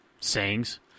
sayings